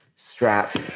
Strap